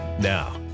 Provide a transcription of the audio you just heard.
Now